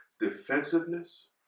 defensiveness